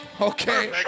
Okay